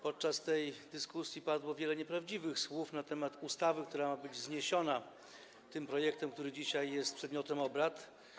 Podczas tej dyskusji padło wiele nieprawdziwych słów na temat ustawy, która ma być zniesiona tym projektem, który dzisiaj jest przedmiotem obrad.